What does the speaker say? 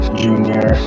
junior